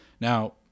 Now